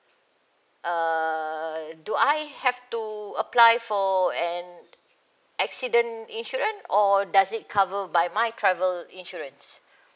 err do I have to apply for an accident insurance or does it cover by my travel insurance